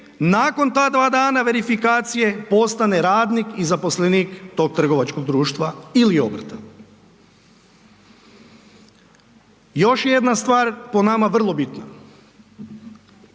nakon ta dva dana verifikacije postane radnik i zaposlenik tog trgovačkog društva ili obrta. Još jedna stvar po nama vrlo bitna,